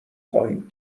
خواهیم